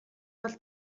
бол